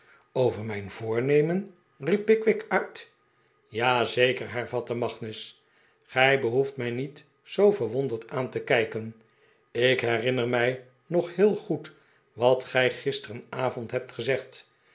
over mijn voornemen riep pickwick uit ja zeker hervatte magnus gij behoeft mij niet zoo verwonderd aan te kijken ik herinner mij nog heel goed wat gij gisteravond hebt gezegd